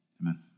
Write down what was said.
Amen